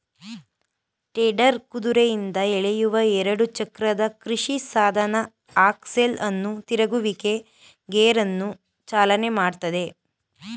tedder ಕುದುರೆಯಿಂದ ಎಳೆಯುವ ಎರಡು ಚಕ್ರದ ಕೃಷಿಸಾಧನ ಆಕ್ಸೆಲ್ ಅನ್ನು ತಿರುಗುವಿಕೆ ಗೇರನ್ನು ಚಾಲನೆ ಮಾಡ್ತದೆ